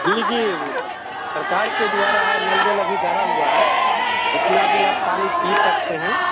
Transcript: जी जी सरकार के द्वारा है नल जल अभी गाढ़ा हुआ है जितना भी आप पानी पी सकते हैं